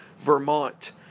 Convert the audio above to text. Vermont